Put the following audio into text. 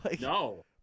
no